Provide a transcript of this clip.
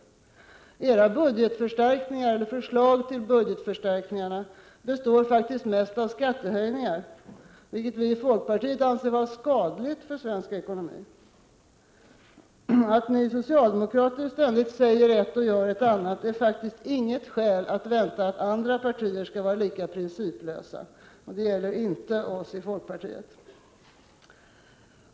Regeringens förslag till budgetförstärkningar består faktiskt mest av skattehöjningar, vilket vi i folkpartiet anser vara skadligt för svensk ekonomi. Att ni socialdemokrater ständigt säger ett och gör ett annat är inget skäl att vänta att andra partier skall vara lika principlösa, och det gäller inte oss i folkpartiet.